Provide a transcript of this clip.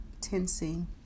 tensing